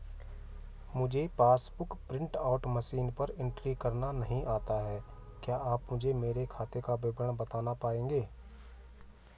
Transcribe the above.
मुझे passbook book print out machine पर entry करना नहीं आता है क्या आप मुझे मेरे खाते का विवरण बताना पाएंगे?